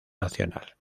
nacional